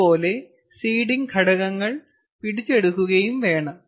അതുപോലെ സീഡിംഗ് ഘടകങ്ങൾ പിടിച്ചെടുക്കുകയും വേണം